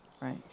right